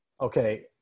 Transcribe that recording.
okay